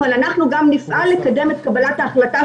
אבל גם נפעל לקדם את קבלת ההחלטה,